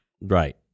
Right